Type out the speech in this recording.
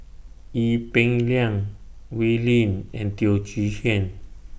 Ee Peng Liang Wee Lin and Teo Chee Hean